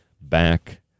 back